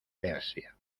persia